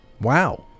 Wow